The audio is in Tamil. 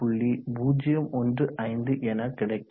015 எனக் கிடைக்கும்